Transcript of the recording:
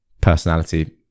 personality